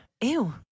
ew